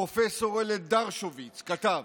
פרופ' דרשוביץ כתב: